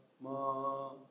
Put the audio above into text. Ma